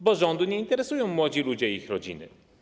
Bo rządu nie interesują młodzi ludzie i ich rodziny.